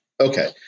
Okay